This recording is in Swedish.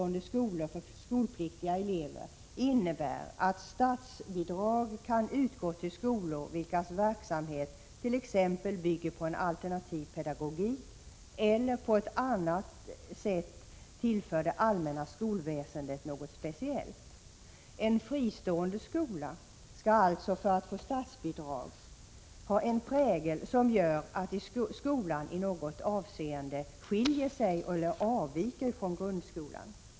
elever innebär att statsbidrag kan utgå till skolor vilkas verksamhet t.ex. bygger på en alternativ pedagogik eller på annat sätt tillför det allmänna skolväsendet något speciellt. En fristående skola skall alltså för att få statsbidrag ha en prägel som gör att skolan i något avseende skiljer sig eller avviker från grundskolan.